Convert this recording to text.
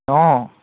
অঁ